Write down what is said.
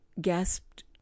gasped